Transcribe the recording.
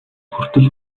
хүртэл